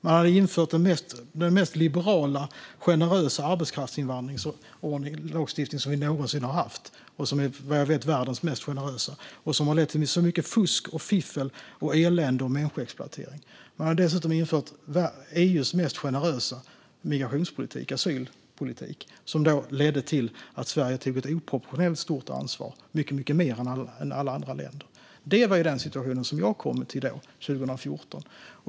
Man hade infört den mest liberala, generösa arbetskraftsinvandringslagstiftning som vi någonsin har haft och, vad jag vet, världens mest generösa. Det har lett till så mycket fusk, fiffel, elände och människoexploatering. Man hade dessutom infört EU:s mest generösa asylpolitik, som ledde till att Sverige tog ett oproportionellt stort ansvar - mycket, mycket mer än alla andra länder. Detta var den situation som jag kom till 2014.